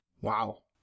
Wow